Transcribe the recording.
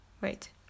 Wait